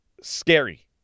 scary